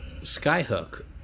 Skyhook